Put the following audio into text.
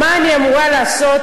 מה אני אמורה לעשות